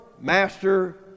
master